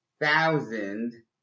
thousand